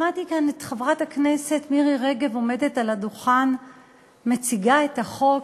שמעתי כאן את חברת הכנסת מירי רגב עומדת על הדוכן ומציגה את החוק,